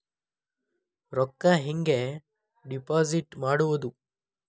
ರೊಕ್ಕ ಹೆಂಗೆ ಡಿಪಾಸಿಟ್ ಮಾಡುವುದು?